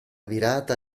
virata